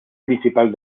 principal